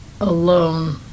alone